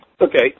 Okay